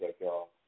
y'all